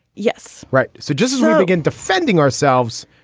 yes. right. so just again defending ourselves.